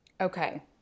okay